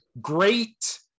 great